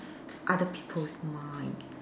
other people's mind